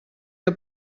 que